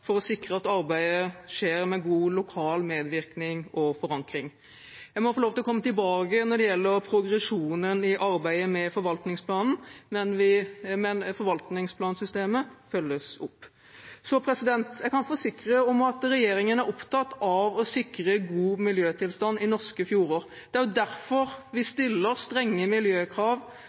for å sikre at arbeidet skjer med god lokal medvirkning og forankring. Jeg må få lov til å komme tilbake når det gjelder progresjonen i arbeidet med forvaltningsplanen, men forvaltningsplansystemet følges opp. Så kan jeg forsikre om at regjeringen er opptatt av å sikre god miljøtilstand i norske fjorder. Det er jo derfor vi stiller strenge miljøkrav